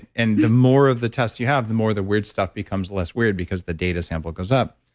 and the more of the tests you have, the more the weird stuff becomes less weird because the data sample goes up.